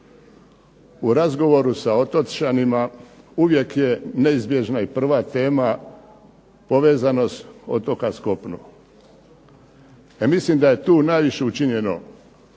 U razgovoru sa otočanima uvijek je neizbježna i prva tema povezanost otoka s kopnom. Ja mislim da je tu najviše učinjeno.